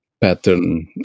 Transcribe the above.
pattern